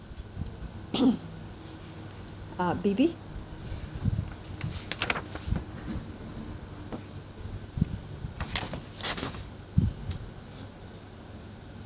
ah debby